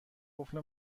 قفل